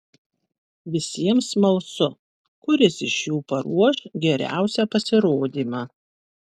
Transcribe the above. visiems smalsu kuris iš jų paruoš geriausią pasirodymą